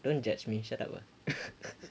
don't judge me shut up lah